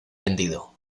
vendido